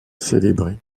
célébrées